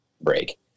break